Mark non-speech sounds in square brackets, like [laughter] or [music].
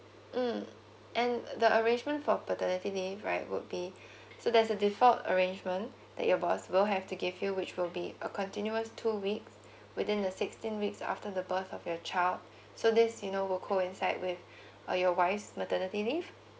mm and the arrangement for paternity leave right would be [breath] so there's a default arrangement [breath] that your boss will have to give you which will be a continuous two weeks [breath] within the sixteen weeks after the birth of your child [breath] so this you know will coincide with [breath] uh your wife's maternity leave